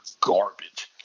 Garbage